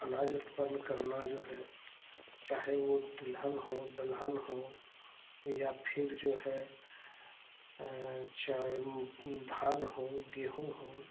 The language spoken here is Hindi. अनाज उत्पन्न करना जो है चाहे वो तिलहन हो दलहन हो या फिर जो है धान हो गेहूँ हो